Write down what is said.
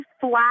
flat